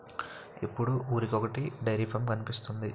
ఇప్పుడు ఊరికొకొటి dairy farm కనిపిస్తోంది